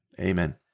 Amen